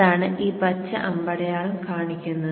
അതാണ് ഈ പച്ച അമ്പടയാളം കാണിക്കുന്നത്